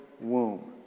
womb